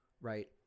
right